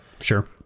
sure